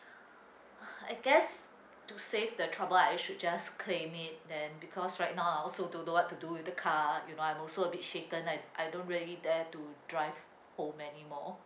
I guess to save the trouble I should just claim it then because right now I also don't know what to do with the car you know I'm also a bit shaken I I don't really dare to drive home anymore